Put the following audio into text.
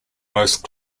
most